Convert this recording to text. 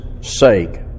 sake